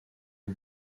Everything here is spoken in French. aux